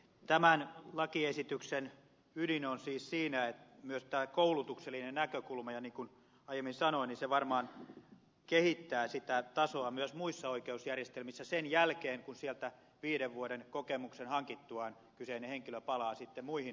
tämän lakiesityksen ydin on siis siinä että on myös tämä koulutuksellinen näkökulma ja niin kuin aiemmin sanoin se varmaan kehittää sitä tasoa myös muissa oikeusjärjestelmissä sen jälkeen kun sieltä viiden vuoden kokemuksen hankittuaan kyseinen henkilö palaa sitten muihin oikeushallinnon tehtäviin